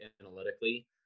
analytically